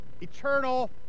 eternal